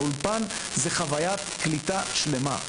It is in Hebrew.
האולפן זאת חוויית קליטה שלמה.